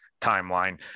timeline